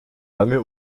lange